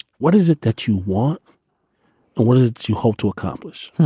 what is it that you want? and what did you hope to accomplish?